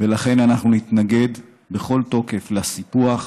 ולכן אנחנו נתנגד בכל תוקף לסיפוח,